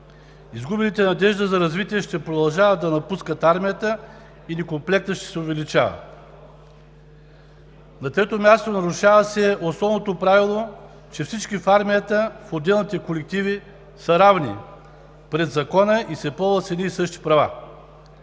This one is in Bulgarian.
Изгубилите надежда за развитие ще продължават да напускат армията и некомплектът ще се увеличава. На трето място, нарушава се основното правило, че всички в армията в отделните колективи са равни пред закона и се ползват с едни и същи права.